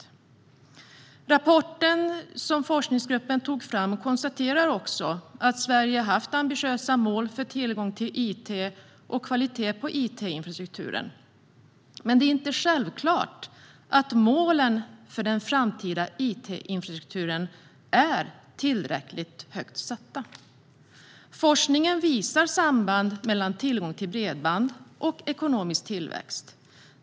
I rapporten, som forskningsgruppen tog fram, konstaterar man också att Sverige har haft ambitiösa mål för tillgång till it och kvalitet på it-infrastrukturen. Men det är inte självklart att målen för den framtida it-infrastrukturen är tillräckligt högt satta. Forskningen visar samband mellan tillgång till bredband och ekonomisk tillväxt.